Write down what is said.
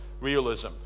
realism